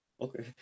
okay